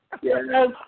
Yes